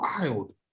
wild